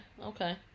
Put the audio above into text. Okay